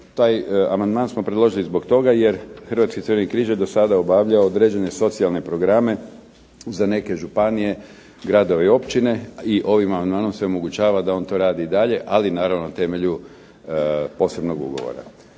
Taj amandman smo predložili zbog toga jer Hrvatski crveni križ je do sada obavljao određene socijalne programe za neke županije, gradove i općine i ovim amandmanom se omogućava da on to radi i dalje, ali naravno na temelju posebnog ugovora.